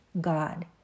God